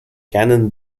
cannon